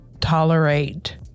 tolerate